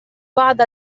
بعض